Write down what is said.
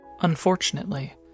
Unfortunately